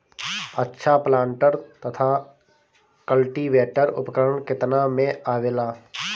अच्छा प्लांटर तथा क्लटीवेटर उपकरण केतना में आवेला?